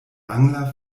angler